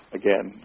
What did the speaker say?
again